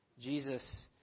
Jesus